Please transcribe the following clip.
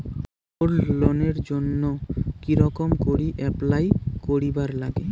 Gold লোনের জইন্যে কি রকম করি অ্যাপ্লাই করিবার লাগে?